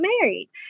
married